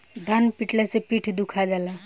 धान पिटाला से पीठ दुखा जाला